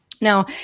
Now